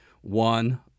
one